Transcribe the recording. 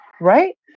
Right